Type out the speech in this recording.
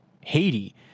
Haiti